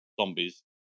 zombies